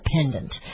independent